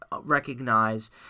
recognize